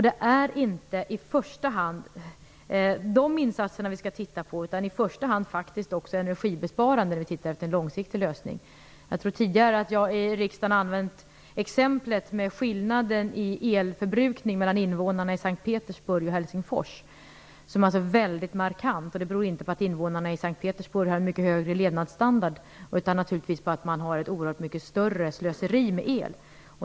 Det är inte de insatserna vi skall inrikta oss på i första hand, utan när vi letar efter en långsiktig lösning är det faktiskt också fråga om energibesparande åtgärder. Jag tror att jag tidigare i riksdagen har använt exemplet med skillnaden i elförbrukning mellan invånarna i S:t Petersburg och invånarna i Helsingfors. Den skillnaden är väldigt markant, och det beror inte på att invånarna i S:t Petersburg har en mycket högre levnadsstandard utan på att man där har ett oerhört mycket större slöseri med el.